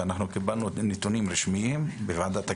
ואנחנו קיבלנו נתונים רשמיים בוועדת הכלכלה,